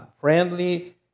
friendly